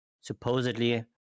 supposedly